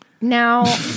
Now